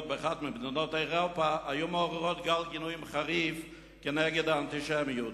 באחת ממדינות אירופה היו מעוררות גל גינויים חריף כנגד האנטישמיות.